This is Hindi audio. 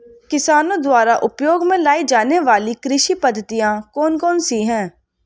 किसानों द्वारा उपयोग में लाई जाने वाली कृषि पद्धतियाँ कौन कौन सी हैं?